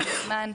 כל הזמן,